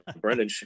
Brendan